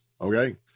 okay